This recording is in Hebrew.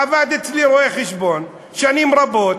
עבד אצלי רואה-חשבון שנים רבות.